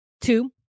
two